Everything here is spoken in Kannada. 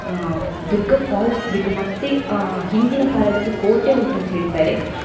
ದುರ್ಗ ಫಾಲ್ಸ್ ಬಿಟ್ಟು ಮತ್ತು ಹಿಂದಿನ ಕಾಲದ್ದೊಂದು ಕೋಟೆ ಉಂಟಂತ ಹೇಳ್ತಾರೆ